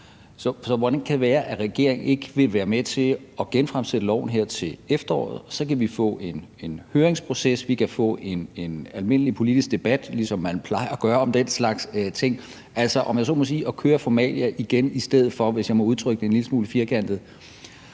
Så hvordan kan det være, at regeringen ikke vil være med til at genfremsætte lovforslaget her til efteråret, og så kan vi få en høringsproces, og vi kan få en almindelig politisk debat, ligesom man plejer at gøre med den slags ting? Altså om jeg så må sige køre formalia igen i stedet for – hvis jeg må udtrykke det en lille smule firkantet